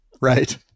Right